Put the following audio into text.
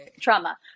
trauma